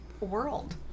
world